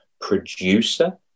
producer